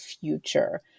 future